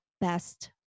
best